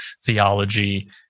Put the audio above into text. theology